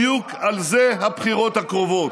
בדיוק על זה הבחירות הקרובות.